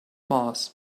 mars